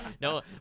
no